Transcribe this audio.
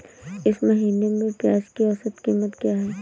इस महीने में प्याज की औसत कीमत क्या है?